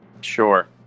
Sure